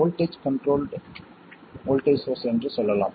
voltage controlled voltage source என்று சொல்லலாம்